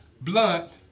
Blunt